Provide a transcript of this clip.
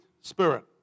spirit